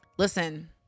listen